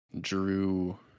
Drew